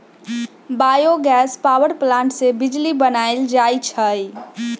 bio gas power plant से बिजली बनाएल जाइ छइ